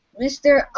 Mr